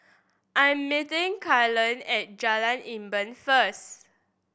I am meeting Kaylen at Jalan Enam first